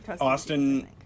Austin